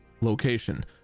location